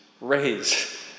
raise